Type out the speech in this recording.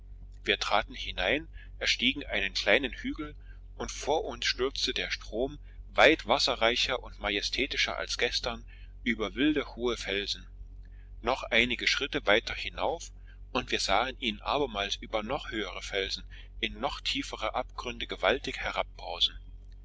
wir traten hinein erstiegen einen kleinen hügel und vor uns stürzte der strom weit wasserreicher und majestätischer als gestern über wilde hohe felsen noch einige schritte weiter hinauf und wir sahen ihn abermals über noch höhere felsen in noch tiefere abgründe gewaltig